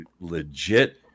legit